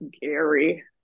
Gary